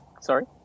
sorry